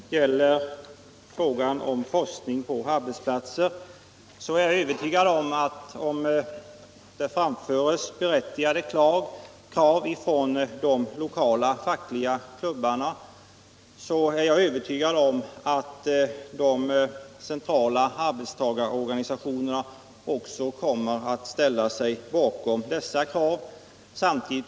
Herr talman! Beträffande frågan om forskningen på arbetsplatserna är jag övertygad om att, om det framförs berättigade krav från de lokala fackliga klubbarna, så kommer också de centrala arbetstagarorganisationerna att ställa sig bakom de kraven.